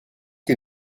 que